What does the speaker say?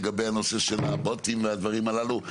לגבי הנושא של הבוטים והדברים הללו.